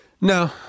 No